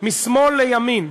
משמאל לימין,